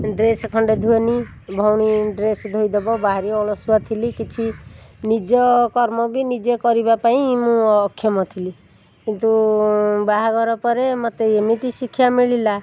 dress ଖଣ୍ଡେ ଧୁଏନି ଭଉଣୀ ଡ୍ରେସ୍ ଧୋଇଦେବ ଭାରି ଅଳସୁଆ ଥିଲି ନିଜ କର୍ମ ବି ନିଜେ କରିବା ପାଇଁ ମୁଁ ଅକ୍ଷମ ଥିଲି କିନ୍ତୁ ବାହାଘର ପରେ ମୋତେ ଏମିତି ଶିକ୍ଷା ମିଳିଲା